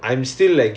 ya